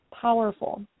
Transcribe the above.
powerful